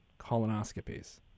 colonoscopies